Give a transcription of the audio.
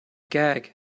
gag